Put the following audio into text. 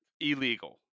Illegal